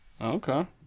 Okay